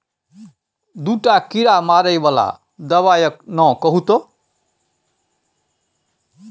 दूटा कीड़ा मारय बला दबाइक नाओ कहू तए